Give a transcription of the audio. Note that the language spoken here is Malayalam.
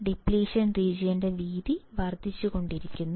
ഡിപ്രീഷൻ റീജിയൻറെ വീതി വർദ്ധിച്ചുകൊണ്ടിരിക്കുന്നു